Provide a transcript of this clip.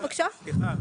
סליחה.